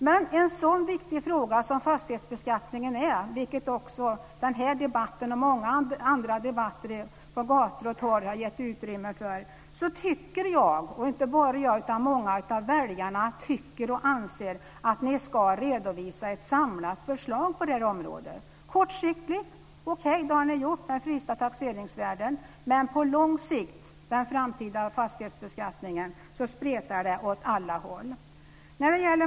Men i en sådan viktig fråga som fastighetsbeskattningen, vilket denna debatt och många andra debatter på gator och torg har gett uttryck för, tycker jag och många av väljarna att ni ska redovisa ett samlat förslag på detta område. På kort sikt har ni gjort det genom förslaget till frysta taxeringsvärden. Men när det gäller den framtida fastighetsbeskattningen på lång sikt så spretar det åt alla håll.